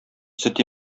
сөт